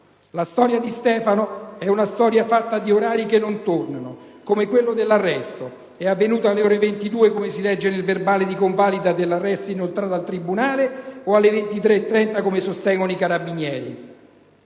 La storia di Stefano è una storia fatta di orari che non tornano, come quello dell'arresto: è avvenuto alle ore 22, come si legge nel verbale di convalida dell'arresto inoltrato al tribunale, o alle ore 23,30 come sostengono i carabinieri?